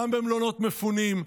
גם במלונות מפונים,